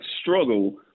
struggle